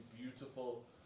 beautiful